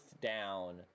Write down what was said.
down